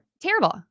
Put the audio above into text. terrible